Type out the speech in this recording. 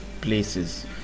places